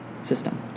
system